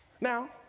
Now